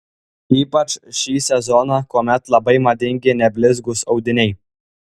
ypač šį sezoną kuomet labai madingi neblizgūs audiniai